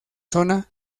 zona